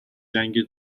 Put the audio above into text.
جنگ